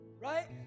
right